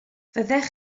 fyddech